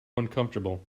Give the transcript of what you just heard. uncomfortable